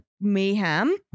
mayhem